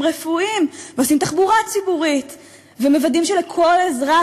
רפואיים ועושים תחבורה ציבורית ומוודאים שלכל אזרח